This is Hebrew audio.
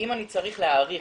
אם הייתי צריך להעריך,